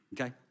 okay